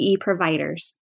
providers